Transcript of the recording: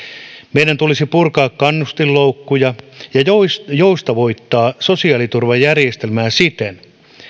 meidän tulisi purkaa kannustinloukkuja ja joustavoittaa sosiaaliturvajärjestelmää siten